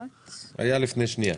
רואה?